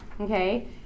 okay